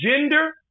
gender